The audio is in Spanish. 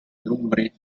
lumbre